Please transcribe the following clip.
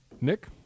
Nick